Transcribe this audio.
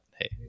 hey